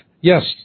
Yes